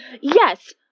yes